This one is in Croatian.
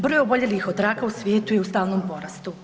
Broj oboljelih od raka u svijetu je u stalnom porastu.